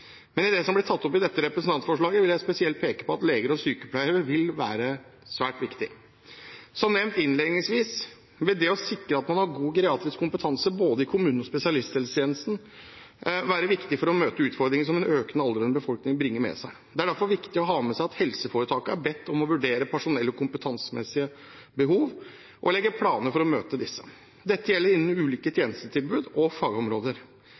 Som nevnt innledningsvis vil det å sikre at man har god geriatrisk kompetanse både i kommunene og i spesialisthelsetjenesten, være viktig for å møte utfordringene som en økende aldrende befolkning bringer med seg. Det er derfor viktig å ha med seg at helseforetakene er bedt om å vurdere personell- og kompetansemessige behov og legge planer for å møte disse. Dette gjelder innen ulike tjenestetilbud og fagområder.